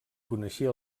coneixia